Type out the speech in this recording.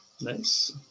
Nice